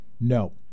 No